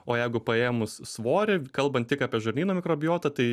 o jeigu paėmus svorį kalbant tik apie žarnyno mikrobiotą tai